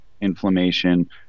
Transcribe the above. inflammation